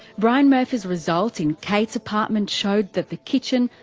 brian murphy's results in kate's apartment showed that the kitchen,